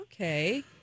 Okay